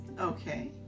Okay